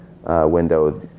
window